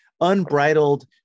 unbridled